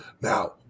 Now